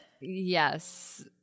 yes